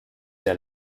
der